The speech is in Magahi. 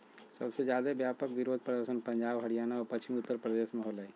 सबसे ज्यादे व्यापक विरोध प्रदर्शन पंजाब, हरियाणा और पश्चिमी उत्तर प्रदेश में होलय